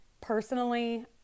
personally